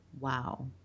Wow